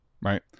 Right